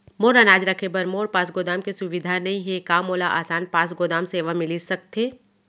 मोर अनाज रखे बर मोर पास गोदाम के सुविधा नई हे का मोला आसान पास गोदाम सेवा मिलिस सकथे?